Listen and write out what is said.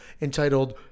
entitled